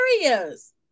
areas